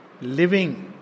Living